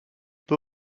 peu